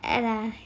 eh lah